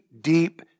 deep